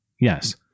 Yes